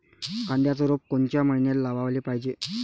कांद्याचं रोप कोनच्या मइन्यात लावाले पायजे?